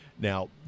Now